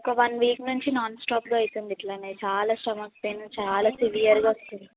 ఒక one week నుంచి non స్టాప్గా అవుతుంది ఇట్లానే చాలా స్టమక్ పెయిన్ చాలా సివియర్గా వస్తుంది